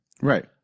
Right